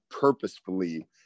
purposefully